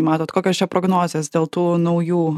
matot kokios čia prognozės dėl tų naujų